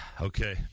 Okay